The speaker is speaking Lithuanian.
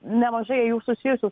nemažai jų susijusių